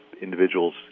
individuals